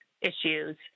issues